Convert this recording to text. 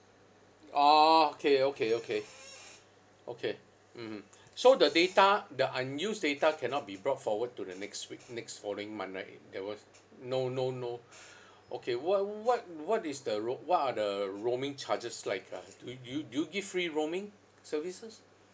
orh okay okay okay okay mmhmm so the data the unused data cannot be brought forward to the next week next following month right there was no no no okay what what what is the roam what are the roaming charges like ah do you do you give free roaming services